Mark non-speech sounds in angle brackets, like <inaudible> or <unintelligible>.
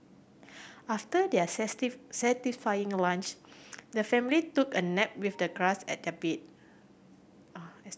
after their <unintelligible> satisfying lunch the family took a nap with the grass as their bed <unintelligible>